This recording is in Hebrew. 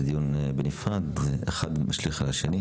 זה דיון בנפרד, אחד משליך על השני.